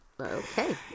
Okay